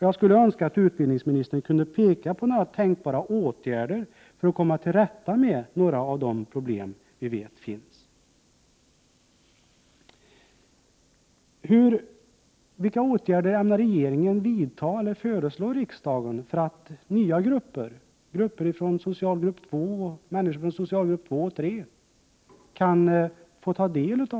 Jag skulle önska att utbildningsministern kunde peka på några tänkbara åtgärder för att komma till rätta med några av de problem som vi vet finns.